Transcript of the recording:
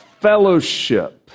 fellowship